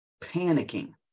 panicking